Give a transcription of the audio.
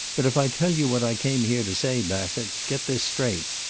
but if i tell you what i came here to say, bassett, get this straight.